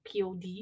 POD